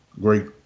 great